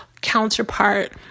counterpart